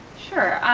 sure,